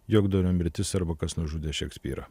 juokdario mirtis arba kas nužudė šekspyrą